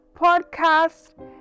podcast